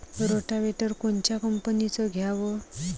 Rotavator कोनच्या कंपनीचं घ्यावं?